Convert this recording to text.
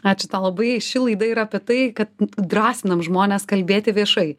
ačiū tau labai ši laida yra apie tai kad drąsinam žmones kalbėti viešai